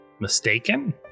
mistaken